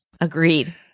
Agreed